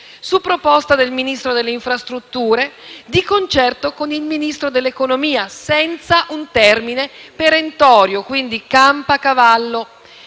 su proposta del Ministro delle infrastrutture, di concerto con il Ministro dell'economia, senza un termine perentorio, per cui campa cavallo.